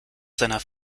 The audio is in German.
seiner